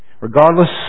Regardless